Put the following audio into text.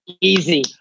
Easy